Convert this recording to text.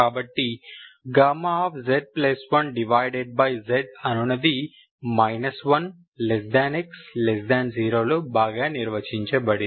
కాబట్టి z1zఅనునది 1 x 0 లో బాగా నిర్వచించబడింది